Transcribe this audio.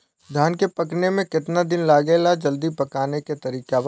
धान के पकने में केतना दिन लागेला जल्दी पकाने के तरीका बा?